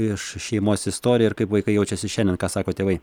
iš šeimos istorija ir kaip vaikai jaučiasi šiandien ką sako tėvai